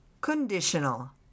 Conditional